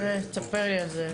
תספר לי על זה.